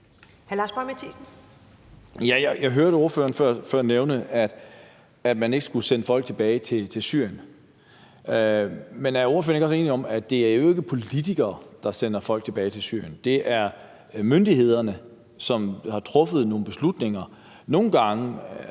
Jeg hørte ordføreren nævne før, at man ikke skulle sende folk tilbage til Syrien. Men er ordføreren ikke også enig i, at det jo ikke er politikere, der sender folk tilbage til Syrien? Det er myndighederne, som har truffet nogle beslutninger – nogle gange